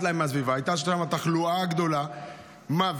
להם מהסביבה היה על התחלואה הגדולה והמוות.